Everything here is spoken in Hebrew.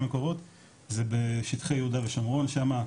מקורות זה בשטחי יהודה ושומרון שם,